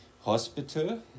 hospital